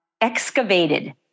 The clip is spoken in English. excavated